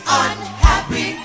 unhappy